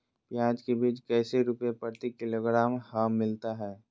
प्याज के बीज कैसे रुपए प्रति किलोग्राम हमिलता हैं?